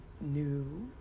new